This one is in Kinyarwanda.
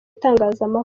itangazamakuru